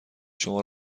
شما